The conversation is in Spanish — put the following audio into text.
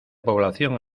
población